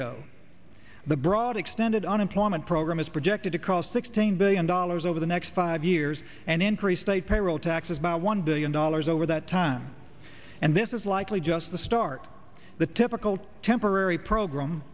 paygo the broad extended unemployment program is projected to cost sixteen billion dollars over the next five years and increase the payroll taxes by one billion dollars over that time and this is likely just the start the typical temporary program